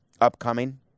upcoming